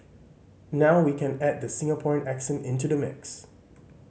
now we can add the Singaporean accent into the mix